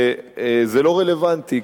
וזה לא רלוונטי.